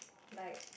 like